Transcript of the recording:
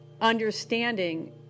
understanding